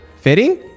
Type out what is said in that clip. Fitting